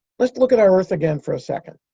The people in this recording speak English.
let's look at our earth again for a second.